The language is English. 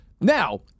now